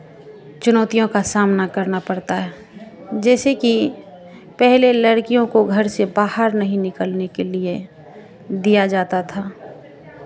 चुनौतियों का सामना करना पड़ता है जैसे कि पहले लड़कियों को घर से बाहर नहीं निकलने के लिए दिया जाता था